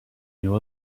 knew